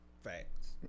facts